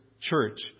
church